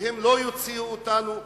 והם לא יוציאו אותנו,